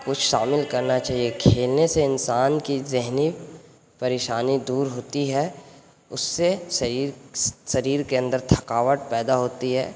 کچھ شامل کرنا چاہیے کھیلنے سے انسان کی ذہنی پریشانی دور ہوتی ہے اس سے سریر کے اندر تھکاوٹ پیدا ہوتی ہے